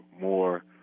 more